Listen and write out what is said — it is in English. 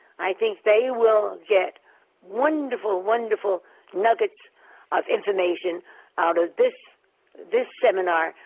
i think they will get wonderful, wonderful nuggets of information out of this this seminar,